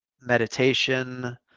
meditation